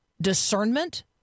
discernment